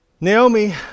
Naomi